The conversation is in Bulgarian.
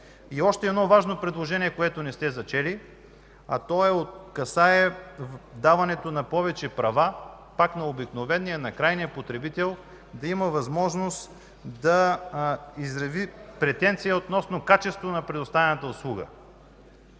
Още едно важно предложение, което не сте зачели, касае даването на повече права пак на обикновения, на крайния потребител – да има възможност да изрази претенция относно качеството на предоставената услуга.